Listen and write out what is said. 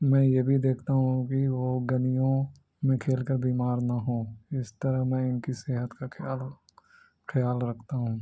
میں یہ بھی دیکھتا ہوں کہ وہ گنیوں میں کھیل کر بیمار نہ ہوں اس طرح میں ان کی صحت کا خیال کیال رکھتا ہوں